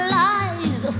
lies